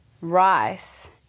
rice